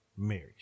Marriage